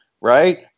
right